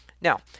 Now